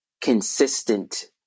consistent